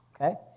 Okay